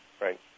Right